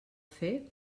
fer